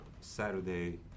Saturday